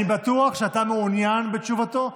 אני בטוח שאתה מעוניין בתשובתו,